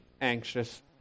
anxious